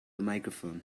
microphone